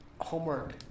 homework